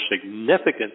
significant